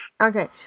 okay